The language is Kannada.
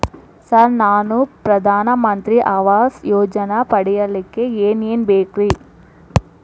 ಸರ್ ನಾನು ಪ್ರಧಾನ ಮಂತ್ರಿ ಆವಾಸ್ ಯೋಜನೆ ಪಡಿಯಲ್ಲಿಕ್ಕ್ ಏನ್ ಏನ್ ಬೇಕ್ರಿ?